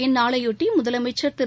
இந்நாளையொட்டி முதலமைச்சர் திரு